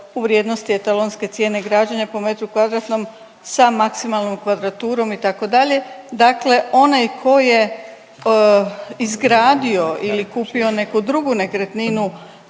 u vrijednosti etalonske cijene građenja po metru kvadratnom sa maksimalnom kvadraturom, itd., dakle onaj tko je izgradio ili kupio neku drugu nekretninu,